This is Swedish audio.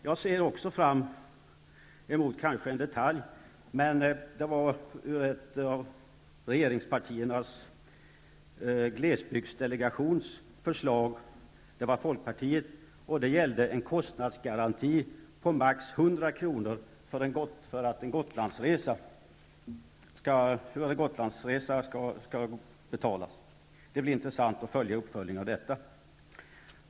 Jag ser också fram emot vad som kanske är en detalj, nämligen hur ett regeringspartis, folkpartiets glesbygdsdelegations, förslag om en kostnadsgaranti för att en Gotlandsresa skall kosta maximalt 100 kr. skall betalas. Det blir intressant att följa uppföljningen av detta.